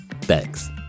Thanks